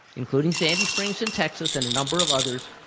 including sandy springs in texas and a number of others,